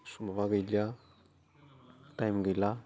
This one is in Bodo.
समावहा गैलिया टाइम गैला